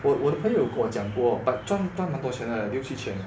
我我的朋友有跟我讲过 but but 赚蛮多钱的六七千